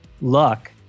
luck